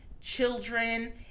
children